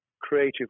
creative